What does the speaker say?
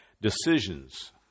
decisions